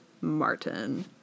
Martin